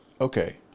okay